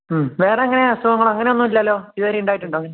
ഉം വേറെയങ്ങനെ അസുഖങ്ങള് അങ്ങനെ ഒന്നുമില്ലല്ലോ ഇതുവരെയുണ്ടായിട്ടുണ്ടോ